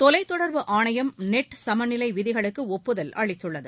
தொலைத் தொடர்பு ஆணையம் நெட் சமநிலை விதிகளுக்கு ஒப்புதல் அளித்துள்ளது